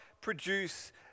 produce